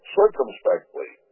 circumspectly